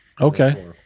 okay